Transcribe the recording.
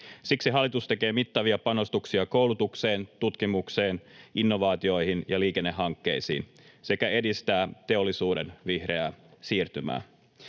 Siksi hallitus tekee mittavia panostuksia koulutukseen, tutkimukseen, innovaatioihin ja liikennehankkeisiin sekä edistää teollisuuden vihreää siirtymää.